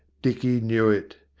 dicky knew it.